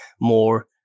more